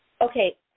okay